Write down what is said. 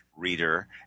reader